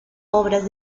obras